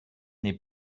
n’est